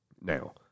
now